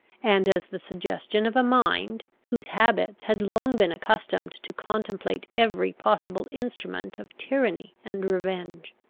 and as the suggestion of a mind, whose habits had long been accustomed to contemplate every possible instrument of tyranny and revenge.